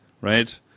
right